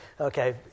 Okay